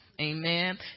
amen